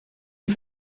die